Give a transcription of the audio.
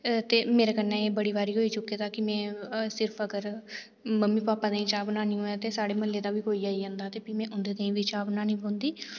ते मेरे कन्नै ऐ बड़ी बारी होई चुके दा ऐ कि में सिर्फ अगर मम्मी पापा देई चाह् बनानी होऐ ते साढ़े म्हल्ले दा बी कोई आई जंदा ते फ्ही में उंदे ताईं बी चाह् बनानी पौंदी